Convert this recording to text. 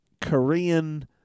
Korean